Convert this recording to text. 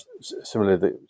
Similarly